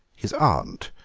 his aunt,